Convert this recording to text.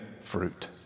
fruit